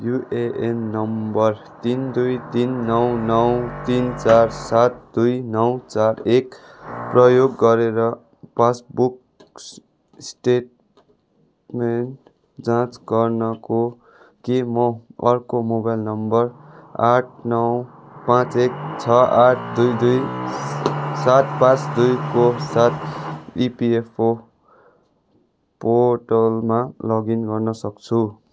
UAN number तिन दुई तिन नौ नौ तिन चार सात दुई नौ चार एक प्रयोग गरेर पासबुक स्टेटमेन जाँच गर्नको के म अर्को मोबाइल नम्बर आठ नौ पाँच एक छ आठ दुई दुई सात पाँच दुइको साथ इपिएफओ पोर्टलमा लगइन गर्न सक्छु